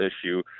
issue